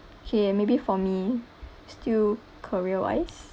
okay maybe for me still career-wise